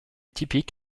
typique